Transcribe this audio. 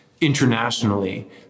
internationally